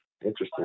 interesting